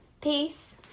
peace